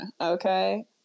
okay